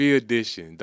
edition